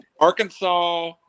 Arkansas